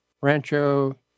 Rancho